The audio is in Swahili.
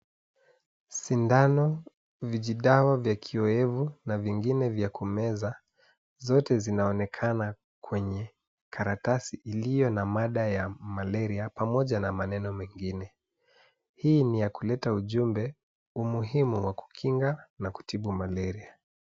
Sindano, vijidawa vya kiowevu na vingine vya kumeza, zote zinaonekana kwenye karatasi iliyo na mada ya malaria pamoja na maneno mengine. Hii ni ya kuleta ujumbe umuhimu wa kukinga na kutibu malaria.